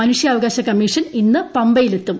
മനുഷ്യാവകാശ കമ്മീഷൻ ഇന്ന് പമ്പയിലെത്തും